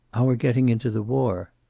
our getting into the war.